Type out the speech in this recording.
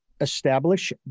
establish